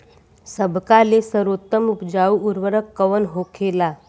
सबका ले सर्वोत्तम उपजाऊ उर्वरक कवन होखेला?